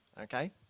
okay